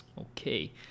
Okay